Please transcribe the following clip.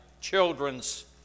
children's